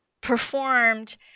performed